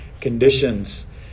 conditions